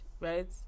Right